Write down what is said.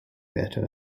better